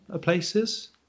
places